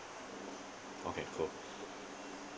okay cool